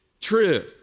true